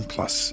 Plus